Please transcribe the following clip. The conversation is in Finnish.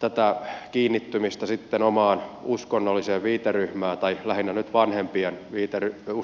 tätä kiinnittymistä omaan uskonnolliseen viiteryhmään tai lähinnä nyt vanhempien uskonnolliseen viiteryhmään